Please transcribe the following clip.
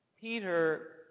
Peter